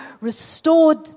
restored